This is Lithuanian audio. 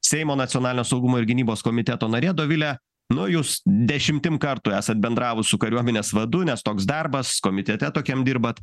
seimo nacionalinio saugumo ir gynybos komiteto narė dovile nu jūs dešimtim kartų esat bendravus su kariuomenės vadu nes toks darbas komitete tokiam dirbat